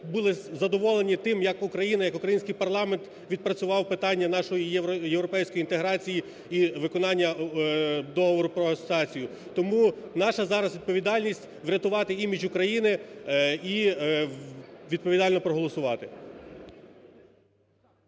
були задоволені тим як Україна, як український парламент відпрацював питання нашої європейської інтеграції і виконання Договору про асоціацію. Тому наша зараз відповідальність – врятувати імідж України і відповідально проголосувати.